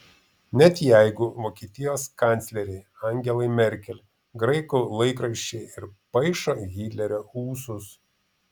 net jeigu vokietijos kanclerei angelai merkel graikų laikraščiai ir paišo hitlerio ūsus